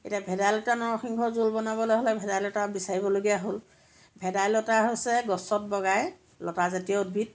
এতিয়া ভেদাইলতা নৰসিংহৰ জোল বনাবলৈ হ'লে ভেদাইলতা বিচাৰিবলগীয়া হ'ল ভেদাইলতা হৈছে গছত বগাই লতাজাতীয় উদ্ভিদ